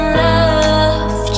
love